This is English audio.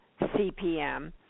CPM